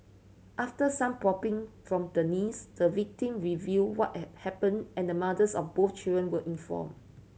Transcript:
after some probing from the niece the victim reveal what had happened and mothers of both children were inform